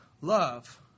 love